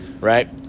right